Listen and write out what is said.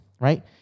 Right